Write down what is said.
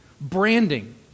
branding